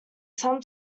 some